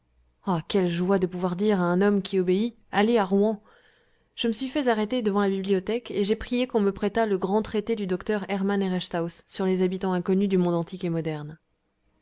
oh quelle joie de pouvoir dire à un homme qui obéit allez à rouen je me suis fait arrêter devant la bibliothèque et j'ai prié qu'on me prêtât le grand traité du docteur hermann herestauss sur les habitants inconnus du monde antique et moderne